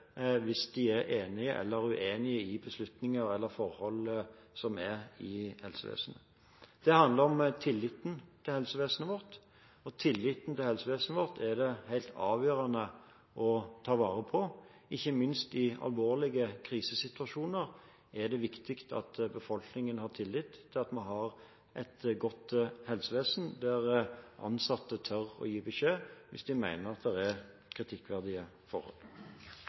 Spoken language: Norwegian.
hvis de er enige eller uenige i beslutninger eller forhold som er i helsevesenet. Det handler om tilliten til helsevesenet vårt, og tilliten til helsevesenet vårt er det helt avgjørende å ta vare på. Ikke minst i alvorlige krisesituasjoner er det viktig at befolkningen har tillit til at vi har et godt helsevesen, der ansatte tør å gi beskjed hvis de mener at det er kritikkverdige forhold.